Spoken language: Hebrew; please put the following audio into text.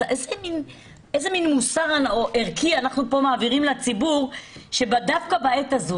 איזה מין מוסר ערכי אנחנו מעבירים כאן לציבור דווקא בעת הזאת?